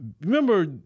remember